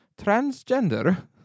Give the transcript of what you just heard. transgender